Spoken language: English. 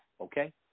okay